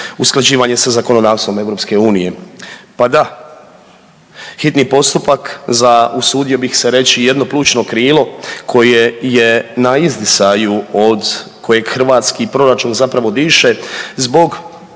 usklađivanje sa zakonodavstvom EU. Pa da, hitni postupak za usudio bih se reći jedno plućno krilo koje je na izdisaju od kojeg hrvatski proračun zapravo diše zbog